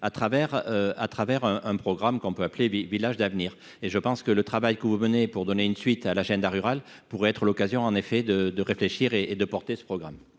à travers un un programme qu'on peut appeler des villages d'avenir et je pense que le travail que vous menez pour donner une suite à l'agenda rural pourrait être l'occasion, en effet, de de réfléchir et et de porter ce programme